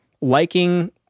Liking